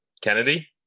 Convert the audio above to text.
kennedy